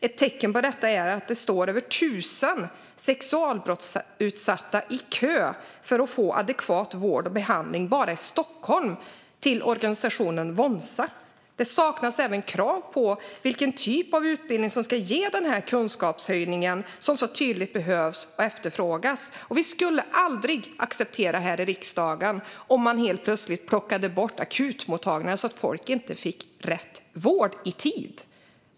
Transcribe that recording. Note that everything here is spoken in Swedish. Ett tecken på detta är att bara i Stockholm står över 1 000 sexualbrottsutsatta i kö för att få adekvat vård och behandling hos organisationen Wonsa. Det saknas även krav på vilket slags utbildning som ska ge den kunskapshöjning som så tydligt behövs och efterfrågas. Vi här i riksdagen skulle aldrig acceptera om man helt plötsligt plockade bort akutmottagningar så att folk inte fick rätt vård i tid.